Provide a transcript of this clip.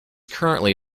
currently